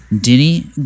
Denny